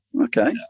okay